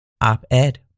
Op-Ed